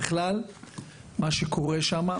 מה שקורה שם,